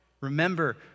remember